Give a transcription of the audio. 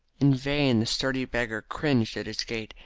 in vain the sturdy beggar cringed at his gate,